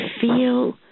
feel